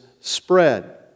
spread